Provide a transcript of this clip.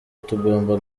tugomba